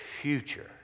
future